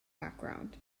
background